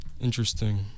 Interesting